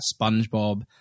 SpongeBob